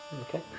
Okay